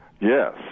Yes